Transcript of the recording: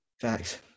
Facts